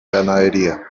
ganadería